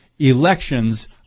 elections